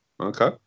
Okay